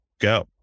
go